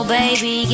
baby